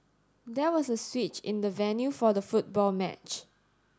there was a switch in the venue for the football match